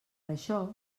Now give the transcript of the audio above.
això